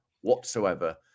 whatsoever